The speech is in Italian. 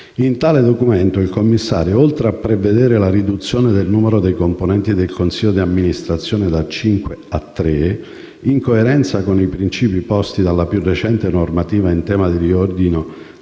In tale documento il commissario, oltre a prevedere la riduzione del numero dei componenti del consiglio di amministrazione da cinque a tre, in coerenza con i principi posti dalla più recente normativa in tema di riordino